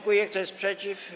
Kto jest przeciw?